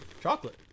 chocolate